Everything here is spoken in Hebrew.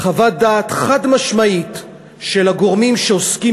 חוות דעת חד-משמעית של הגורמים שעוסקים